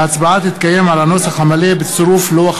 ההצבעה תתקיים על הנוסח המלא בצירוף לוח